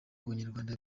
abanyarwanda